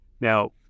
Now